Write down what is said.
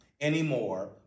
anymore